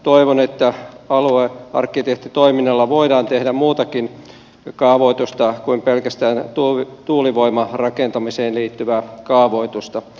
toivon että aluearkkitehtitoiminnalla voidaan tehdä muutakin kaavoitusta kuin pelkästään tuulivoimarakentamiseen liittyvää kaavoitusta